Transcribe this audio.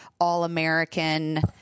all-American